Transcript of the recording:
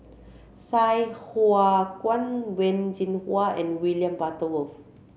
Sai Hua Kuan Wen Jinhua and William Butterworth